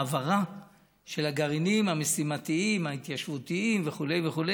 העברה של הגרעינים המשימתיים ההתיישבותיים וכו' וכו',